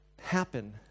happen